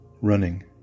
running